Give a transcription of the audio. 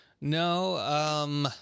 No